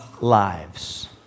lives